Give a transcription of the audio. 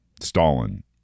Stalin